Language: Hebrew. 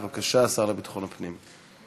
בבקשה, השר לביטחון הפנים.